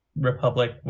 Republic